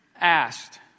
asked